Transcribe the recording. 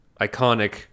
iconic